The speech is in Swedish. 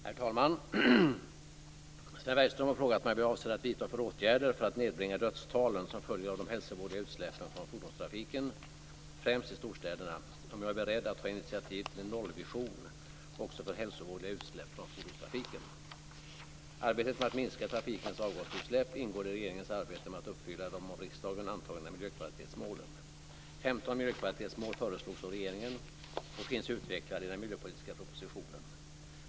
Herr talman! Sven Bergström har frågat mig vad jag avser att vidta för åtgärder för att nedbringa dödstalen som följer av de hälsovådliga utsläppen från fordonstrafiken, främst i storstäderna, och om jag är beredd att ta initiativ till en nollvision också för hälsovådliga utsläpp från fordonstrafiken. Arbetet med att minska trafikens avgasutsläpp ingår i regeringens arbete med att uppfylla de av riksdagen antagna miljökvalitetsmålen. 15 miljökvalitetsmål föreslogs av regeringen och finns utvecklade i den miljöpolitiska propositionen .